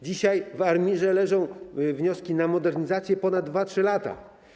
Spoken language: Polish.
Dzisiaj w ARiMR leżą wnioski na modernizację ponad 2, 3 lata.